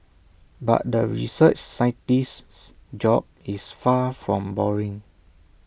but the research scientist's job is far from boring